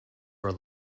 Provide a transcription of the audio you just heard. were